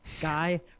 guy